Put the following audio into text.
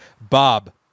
Bob